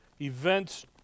events